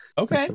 okay